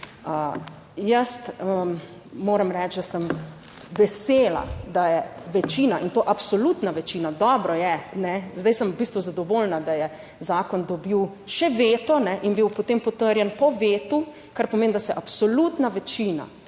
Jaz moram reči, da sem vesela, da je večina, in to absolutna večina, dobro je, ne, zdaj sem v bistvu zadovoljna, da je zakon dobil še veto in bil potem potrjen po vetu, kar pomeni, da se absolutna večina